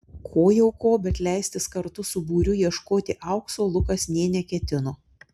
ko jau ko bet leistis kartu su būriu ieškoti aukso lukas nė neketino